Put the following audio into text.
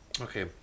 Okay